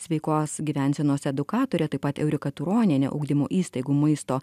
sveikos gyvensenos edukatorė taip pat eurika turoniene ugdymo įstaigų maisto